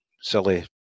silly